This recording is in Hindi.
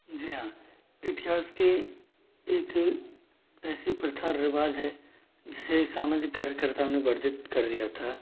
जी हाँ इतिहास के एक ऐसी प्रथा रिवाज है जिसे सामाजिक कार्यकर्ताओं ने वर्णित कर दिया था